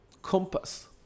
compass